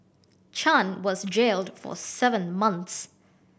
Chan was jailed for seven months